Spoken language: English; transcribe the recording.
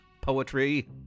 poetry